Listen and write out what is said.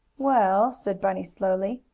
well, said bunny slowly,